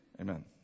Amen